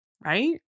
right